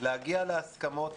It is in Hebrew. ולהגיע להסכמות,